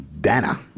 Dana